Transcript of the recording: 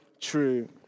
true